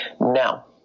Now